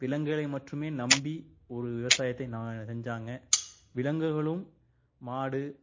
விலங்குகளை மட்டுமே நம்பி ஒரு விவசாயத்தை நான் செஞ்சாங்க விலங்குகளும் மாடு